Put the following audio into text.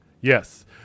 Yes